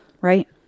Right